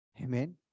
Amen